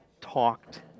talked